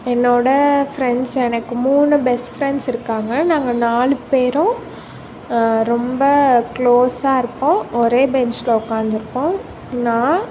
என்னோடய ஃப்ரெண்ட்ஸ் எனக்கு மூணு பெஸ்ட் ஃப்ரெண்ட்ஸ் இருக்காங்கள் நாங்கள் நாலு பேரும் ரொம்ப க்ளோஸாக இருப்போம் ஒரே பெஞ்ச்ல உட்காந்துருப்போம் நான்